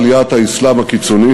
לאחר עליית האסלאם הקיצוני,